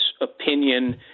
opinion